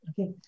Okay